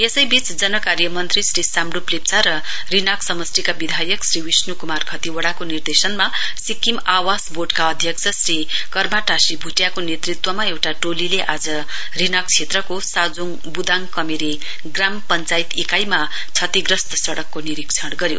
यसैवीच जनकार्य मन्त्री श्री साम्डुप लेप्चा र रिनाक समष्टिका विधायक श्री विष्णु कुमार खतिवाइाको निर्देशनमा सिक्किम आवास वोर्डका अध्यक्ष श्री कर्मा टाशी भूटियाको नेतृत्वमा एउटा टोलीले रिनाक क्षेत्रको साजोङ बुदाङ कमेरे ग्राम पञ्चायत इकाईमा क्षतिग्रस्त सड़कको निरीक्षण गर्नुभयो